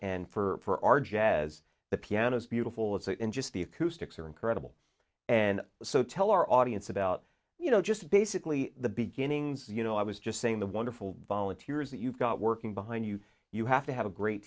and for our jazz the piano is beautiful and so in just the acoustics are incredible and so tell our audience about you know just basically the beginnings you know i was just saying the wonderful volunteers that you've got working behind you you have to have a great